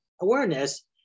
awareness